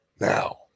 Now